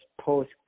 post